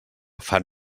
fan